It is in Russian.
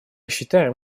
считаем